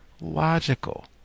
Logical